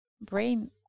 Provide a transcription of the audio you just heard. brain